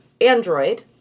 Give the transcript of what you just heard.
android